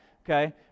okay